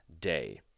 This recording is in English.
day